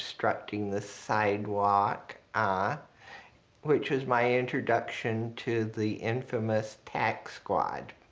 obstructing the sidewalk. ah which was my introduction to the infamous tac squad,